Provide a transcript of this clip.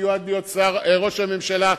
המיועד להיות ראש הממשלה,